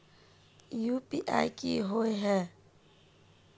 UPI की होय है?